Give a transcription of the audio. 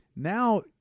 Now